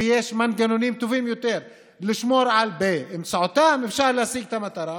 ויש מנגנונים טובים יותר שבאמצעותם אפשר להשיג את המטרה